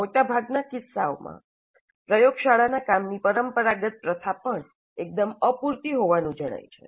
મોટાભાગના કિસ્સામાં પ્રયોગશાળાના કામની પરંપરાગત પ્રથા પણ એકદમ અપૂરતી હોવાનું જણાય છે